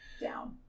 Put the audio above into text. Down